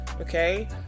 Okay